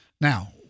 Now